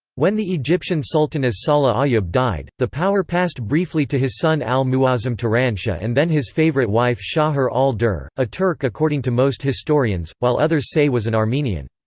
when the egyptian sultan as-salih ayyub died, the power passed briefly to his son al-muazzam turanshah and then his favorite wife shajar al-durr, a turk according to most historians, while others say was an armenian.